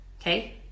okay